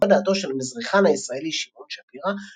בחוות דעתו של המזרחן הישראלי שמעון שפירא,